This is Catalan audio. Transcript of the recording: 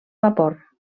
vapor